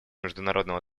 международного